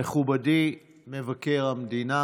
מכובדי מבקר המדינה